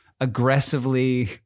aggressively